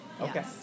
Okay